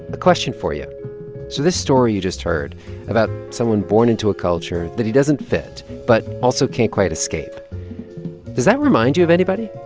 a question for you. so this story you just heard about someone born into a culture that he doesn't fit but also can't quite escape does that remind you of anybody,